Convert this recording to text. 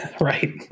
Right